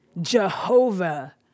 Jehovah